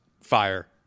fire